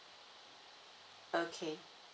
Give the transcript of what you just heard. okay